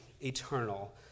eternal